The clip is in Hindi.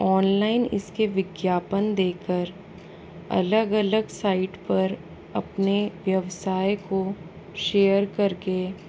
ऑनलाइन इसके विज्ञापन देकर अलग अलग साइट पर अपने व्यवसाय को शेयर करके